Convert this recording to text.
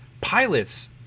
pilots